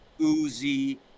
oozy